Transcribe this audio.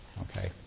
Okay